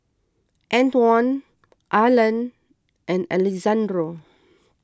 Antwon Arlan and Alexandro